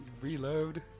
reload